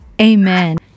Amen